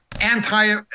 anti